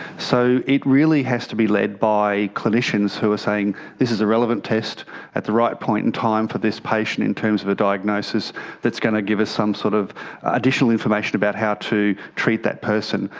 so it really has to be led by clinicians who are saying this is a relevant test at the right point in time for this patient in terms of a diagnosis that's going to give us some sort of additional information about how to treat that person.